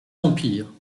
empire